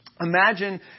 Imagine